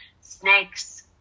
snakes